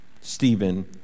Stephen